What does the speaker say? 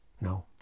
No